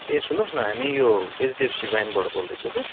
ए सुन्नुहोस् न हामी यो एचडिएफसी ब्याङ्कबाट बोल्दैछौँ कि